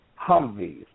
Humvees